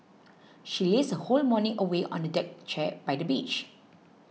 she lazed her whole morning away on a deck chair by the beach